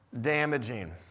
damaging